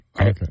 Okay